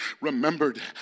remembered